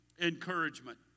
encouragement